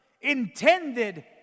intended